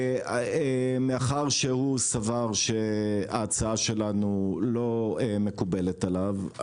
מאחר שהוא סבר שההצעה שלנו לא מקובלת עליו,